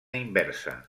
inversa